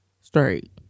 Straight